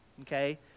Okay